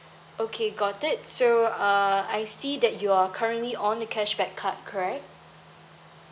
okay got it so uh I see that you are currently on the cashback card correct